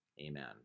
Amen